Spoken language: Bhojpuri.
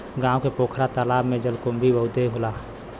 गांव के पोखरा तालाब में जलकुंभी बहुते होला